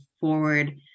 forward